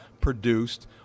produced